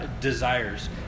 desires